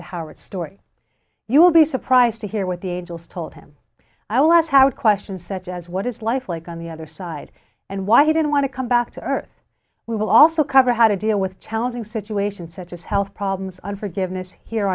to howard story you will be surprised to hear what the angels told him how questions such as what is life like on the other side and why he didn't want to come back to earth we will also cover how to deal with challenging situations such as health problems on forgiveness here